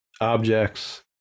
objects